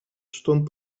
stond